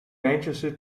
manchester